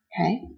Okay